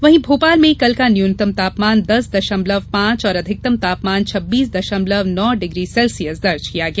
वहीं भोपाल में कल का न्यूनतम तापमान दस दशमलव पांच और अधिकतम तापमान छब्बीस दशमलव नौ डिग्री सेल्सियस दर्ज किया गया